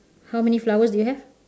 how many flowers do you have